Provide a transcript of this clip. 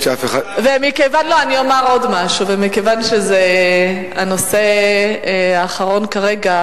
מכיוון שזה הנושא האחרון כרגע,